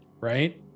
right